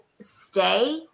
stay